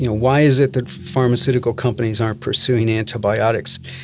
you know why is it that pharmaceutical companies aren't pursuing antibiotics?